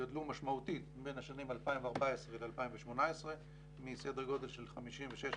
גדלה משמעותית בין השנים 2014 ל-2018 מסדר גודל של 56,000,